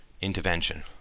intervention